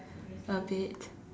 a bit